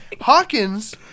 Hawkins